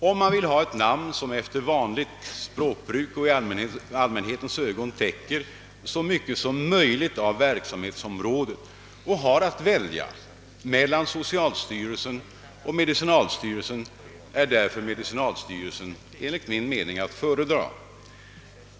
Om man vill ha ett namn som efter vanligt språkbruk och i allmänhetens ögon täcker så mycket som möjligt av verksamhetsområdet och har att välja mellan socialstyrelsen och medicinalstyrelsen, är därför medicinalstyrelsen enligt min mening att föredra.